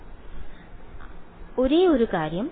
വിദ്യാർത്ഥി ഒരേയൊരു കാര്യം